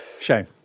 Shame